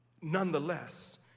Nonetheless